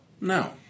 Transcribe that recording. no